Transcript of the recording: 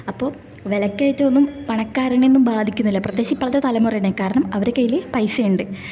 അപ്പോൾ വിലകയറ്റം ഒന്നും പണക്കാരനേന്നും ബാധിക്കുന്നില്ല പ്രത്യേകിച്ച് ഇപ്പോഴത്തെ തലമുറേനെ കാരണം അവരുടെ കയ്യിൽ പൈസയുണ്ട്